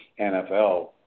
NFL